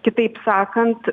kitaip sakant